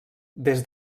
des